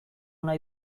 nahi